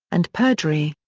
and perjury.